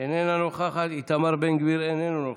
איננה נוכחת, איתמר בן גביר, איננו נוכח.